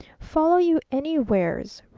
follow you anywheres!